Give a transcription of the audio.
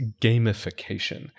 gamification